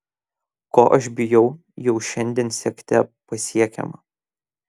ko aš bijau jau šiandien siekte pasiekiama